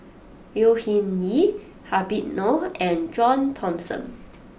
Au Hing Yee Habib Noh and John Thomson